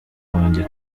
wanjye